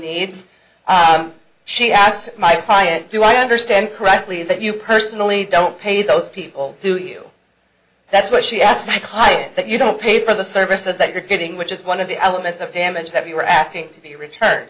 needs she asked my client do i understand correctly that you personally don't pay those people to you that's what she asked my client that you don't pay for the services that you're getting which is one of the elements of damage that you are asking to be return